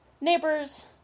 neighbor's